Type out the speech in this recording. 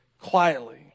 quietly